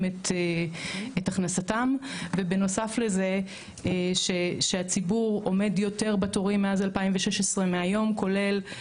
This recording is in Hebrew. את הכנסתם ובנוסף לזה שהציבור עומד יותר בתורים מאז 2016 מהיום כולל.